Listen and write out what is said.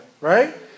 right